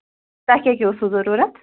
تۄہہِ کیٛاہ کیٛاہ اوسوُ ضروٗرت